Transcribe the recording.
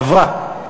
20,